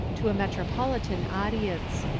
to a metropolitan audience.